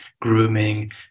grooming